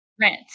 rent